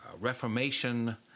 Reformation